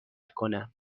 کنم